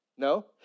No